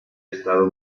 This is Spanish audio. estado